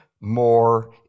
more